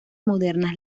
modernas